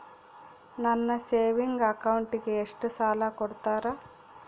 ನನ್ನ ಸೇವಿಂಗ್ ಅಕೌಂಟಿಗೆ ಎಷ್ಟು ಸಾಲ ಕೊಡ್ತಾರ?